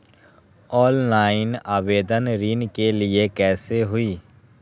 Online आवेदन ऋन के लिए कैसे हुई?